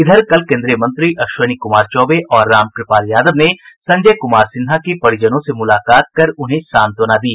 इधर कल केंद्रीय मंत्री अश्विनी कुमार चौबे और रामकृपाल यादव ने संजय कुमार सिन्हा के परिजनों से मुलाकात कर उन्हें सांत्वना दी